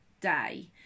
day